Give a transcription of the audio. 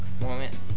moment